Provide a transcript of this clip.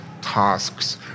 tasks